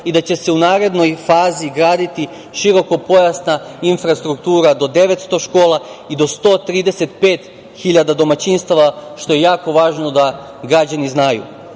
i da će se u narednoj fazi graditi širokopojasna infrastruktura do 900 škola i do 135.000 domaćinstava, što je jako važno da građani znaju.